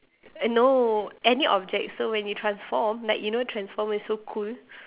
no any object so when you transform like you know transformer is so cool